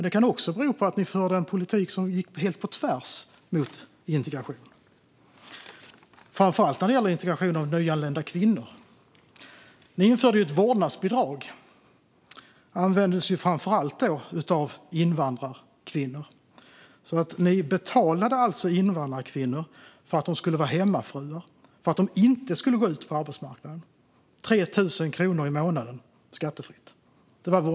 Det kan också bero på att ni förde en politik som gick helt på tvärs mot integrationen, framför allt när det gäller integrationen av nyanlända kvinnor. Ni införde ett vårdnadsbidrag, som framför allt användes av invandrarkvinnor. Ni betalade alltså invandrarkvinnor för att de skulle vara hemmafruar och inte gå ut på arbetsmarknaden. Vårdnadsbidraget var 3 000 kronor i månaden skattefritt.